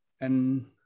and-